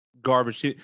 garbage